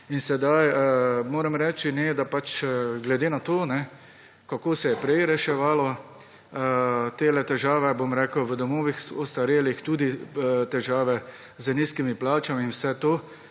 In sedaj moram reči, da glede na to kako se je prej reševalo te težave v domovih ostarelih tudi težave z nizkimi plačami in vse to